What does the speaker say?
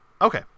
Okay